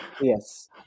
Yes